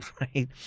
right